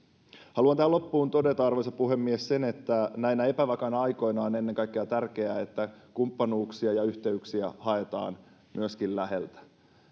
haluan tähän loppuun todeta arvoisa puhemies että näinä epävakaina aikoina tärkeää on ennen kaikkea että kumppanuuksia ja yhteyksiä haetaan myöskin läheltä